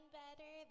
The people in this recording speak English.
better